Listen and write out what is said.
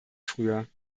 früher